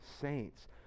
saints